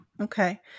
Okay